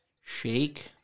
shake